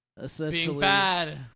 essentially